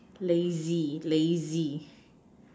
lazy lazy